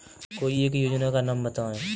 कोई एक योजना का नाम बताएँ?